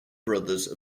brothers